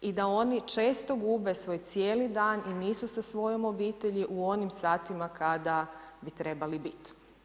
I da oni često gube svoj cijeli dan i nisu sa svojom obitelji u onim satima kada bi trebali bit.